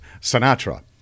Sinatra